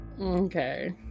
Okay